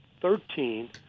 thirteen